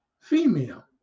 female